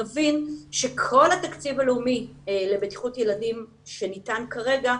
נבין שכל התקציב הלאומי לבטיחות ילדים שניתן כרגע,